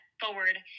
forward